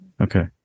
Okay